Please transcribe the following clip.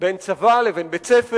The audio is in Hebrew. בין צבא לבית-ספר.